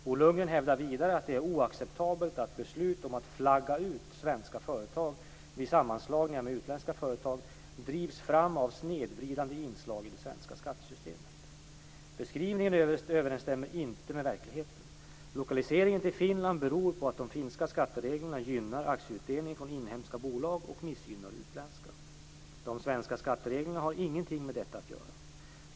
Bo Lundgren hävdar vidare att det är oacceptabelt att beslut om att "flagga ut" svenska företag vid sammanslagningar med utländska företag "drivs fram av snedvridande inslag i det svenska skattesystemet". Beskrivningen överensstämmer inte med verkligheten. Lokaliseringen till Finland beror på att de finska skattereglerna gynnar aktieutdelning från inhemska bolag och missgynnar utländska. De svenska skattereglerna har ingenting med detta att göra.